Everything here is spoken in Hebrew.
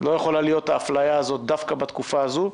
לא יכולה להיות אפליה דווקא בתקופה הזו,